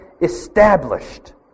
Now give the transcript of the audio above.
established